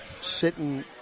sitting –